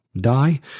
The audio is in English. die